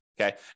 Okay